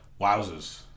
Wowzers